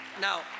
Now